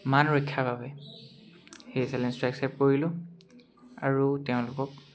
মান ৰক্ষাৰ বাবে সেই চেলেঞ্জটো একচেপ্ট কৰিলোঁ আৰু তেওঁলোকক